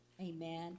amen